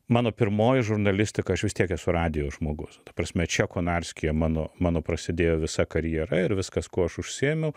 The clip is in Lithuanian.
mano pirmoji žurnalistika aš vis tiek esu radijo žmogus ta prasme čia konarskyje mano mano prasidėjo visa karjera ir viskas kuo aš užsiėmiau